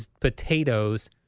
potatoes